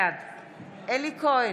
בעד אלי כהן,